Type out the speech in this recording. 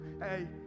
Hey